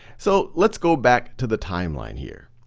so, let's go back to the timeline here.